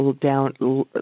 down